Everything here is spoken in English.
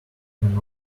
cannot